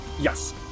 Yes